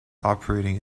operating